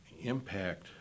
impact